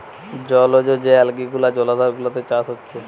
জলজ যে অ্যালগি গুলা জলাধার গুলাতে চাষ হচ্ছে